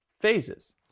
phases